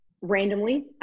randomly